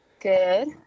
Good